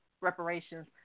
reparations